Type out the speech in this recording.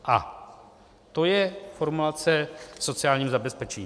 A to je formulace v sociálním zabezpečení.